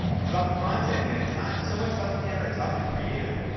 it's about the content. and it's not so much about the camera, it's about the creator.